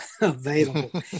available